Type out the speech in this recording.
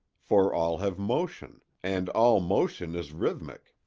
for all have motion, and all motion is rhythmic.